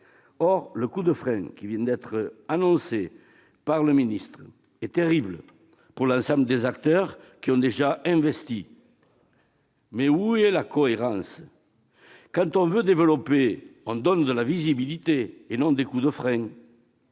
Le coup de frein annoncé par le ministre est terrible pour l'ensemble des acteurs ayant déjà investi. Où est la cohérence ? Quand on veut développer, on donne de la visibilité et non des coups de frein.